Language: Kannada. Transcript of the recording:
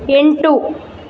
ಎಂಟು